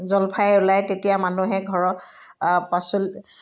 জলফাই ওলায় তেতিয়া মানুহে ঘৰৰ পাচল